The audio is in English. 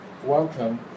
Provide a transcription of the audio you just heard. Welcome